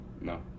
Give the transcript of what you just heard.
No